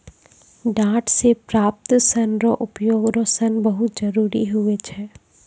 डांट से प्राप्त सन रो उपयोग रो सन बहुत जरुरी हुवै छै